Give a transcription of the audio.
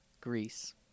Greece